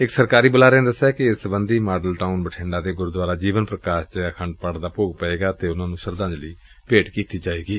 ਇਕ ਸਰਕਾਰੀ ਬੁਲਾਰੇ ਨੇ ਦਸਿਆ ਕਿ ਇਸ ਸਬੰਧੀ ਮਾਡਲ ਟਾਉਨ ਬਠਿੰਡਾ ਦੇ ਗੁਰਦੁਆਰਾ ਜੀਵਨ ਪੁਕਾਸ਼ ਵਿਖੇ ਸ੍ਰੀ ਆਖੰਡ ਪਾਠ ਦਾ ਭੋਗ ਪਏਗਾ ਅਤੇ ਉਨ੍ਹਾਂ ਨ੍ਰੰ ਸ਼ਰਧਾਜਲੀ ਭੇਟ ਕੀਤੀ ਜਾਏਗੀ